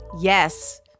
Yes